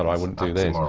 i wouldn't do this.